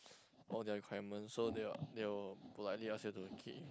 or their requirement so they they will politely ask you to keep in